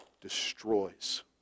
destroys